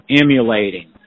emulating